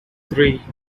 three